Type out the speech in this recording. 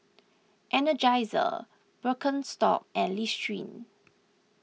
Energizer Birkenstock and Listerine